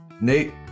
Nate